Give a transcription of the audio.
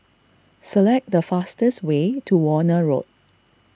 select the fastest way to Warna Road